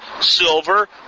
silver